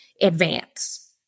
advance